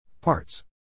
Parts